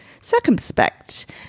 circumspect